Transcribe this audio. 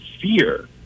fear